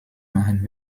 machen